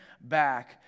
back